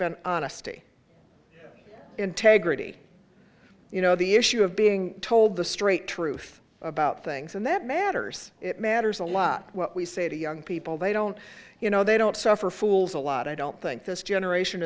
been honesty integrity you know the issue of being told the straight truth about things and that matters it matters a lot what we say to young people they don't you know they don't suffer fools a lot i don't think this generation